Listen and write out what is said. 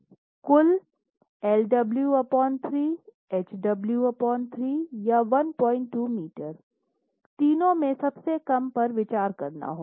कुल lw3 hw3 या 12 metre तीनो में सबसे कम पर विचार करना होगा